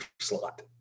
slot